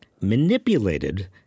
manipulated